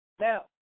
Now